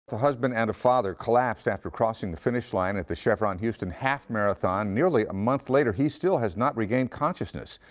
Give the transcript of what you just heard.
husband and a father collapsed after crossing the finish line at the chevron houston half marathon nearly a month later, he still has not regained consciousness.